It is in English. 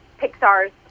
Pixar's